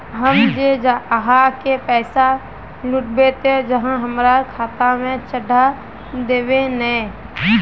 हम जे आहाँ के पैसा लौटैबे ते आहाँ हमरा खाता में चढ़ा देबे नय?